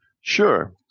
Sure